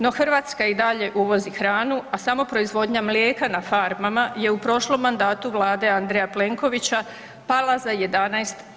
No, Hrvatska i dalje uvozi hranu, a samo proizvodnja mlijeka na farmama je u prošlom mandatu vlade Andreja Plenkovića pala za 11%